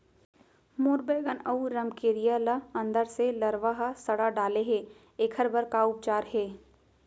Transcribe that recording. मोर बैगन अऊ रमकेरिया ल अंदर से लरवा ह सड़ा डाले हे, एखर बर का उपचार हे?